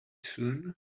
soon